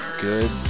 Good